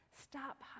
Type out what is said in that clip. stop